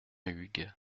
huyghe